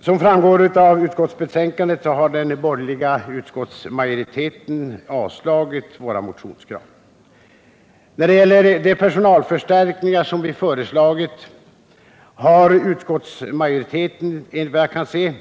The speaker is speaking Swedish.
Såsom framgår av utskottsbetänkandet har den borgerliga utskottsmajoriteten avstyrkt våra motionskrav. När det gäller de personalförstärkningar som vi föreslagit har utskottsmajoriteten, enligt vad jag kan se,